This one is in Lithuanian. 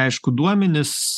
aišku duomenis